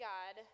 God